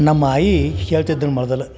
ನಮ್ಮ ಆಯಿ ಹೇಳ್ತಿದ್ರು ಮೊದಲು